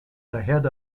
ahead